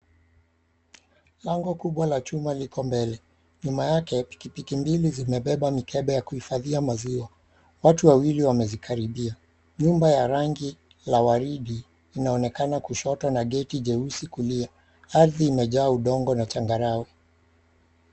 Lango kubwa la chuma liko mbele, nyuma yake pikipiki mbili zimebeba mikebe ya kuhifadhia maziwa. Watu wawili wamezikaribia, nyumba ya rangi la warindi inaonekana kushoto na geti jeusi kulia. Ardhi imejaa udongo na changarawe.